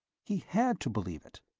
he had to believe it.